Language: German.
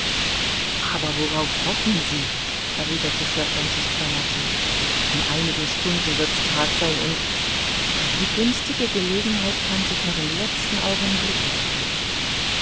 aber worauf hoffen sie erwiderte sir francis cromarty in einigen stunden wird's tag sein und die günstige gelegenheit kann sich noch im letzten augenblicke ergeben